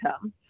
come